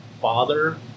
Father